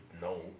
No